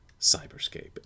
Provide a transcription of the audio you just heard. cyberscape